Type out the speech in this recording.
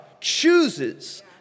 chooses